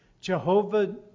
Jehovah